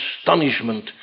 astonishment